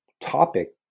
topic